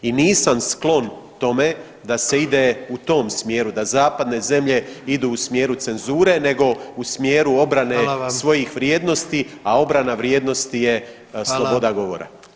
I nisam sklon tome da se ide u tom smjeru, da zapadne zemlje idu u smjeru cenzure, nego u smjeru obrane [[Upadica: Hvala vam.]] svojih vrijednosti, a obrana vrijednosti je sloboda [[Upadica: Hvala.]] govora.